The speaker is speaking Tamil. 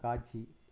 காட்சி